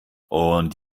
und